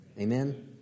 Amen